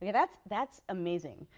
yeah that's that's amazing.